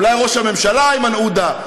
אולי ראש הממשלה איימן עודה,